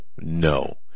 no